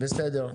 בסדר.